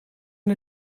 and